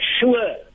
sure